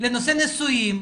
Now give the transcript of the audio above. בנושא נישואים,